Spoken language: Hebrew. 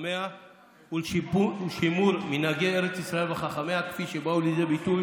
לחכמיה ולשימור מנהגי ארץ ישראל וחכמיה כפי שבאו לידי ביטוי